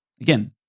Again